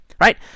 right